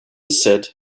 said